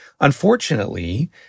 Unfortunately